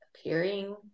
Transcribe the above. appearing